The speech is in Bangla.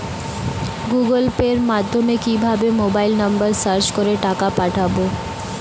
গুগোল পের মাধ্যমে কিভাবে মোবাইল নাম্বার সার্চ করে টাকা পাঠাবো?